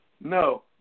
No